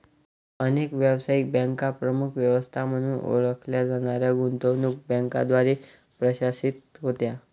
अनेक व्यावसायिक बँका प्रमुख व्यवस्था म्हणून ओळखल्या जाणाऱ्या गुंतवणूक बँकांद्वारे प्रशासित होत्या